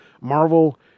Marvel